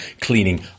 cleaning